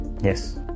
Yes